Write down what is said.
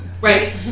right